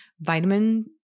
vitamin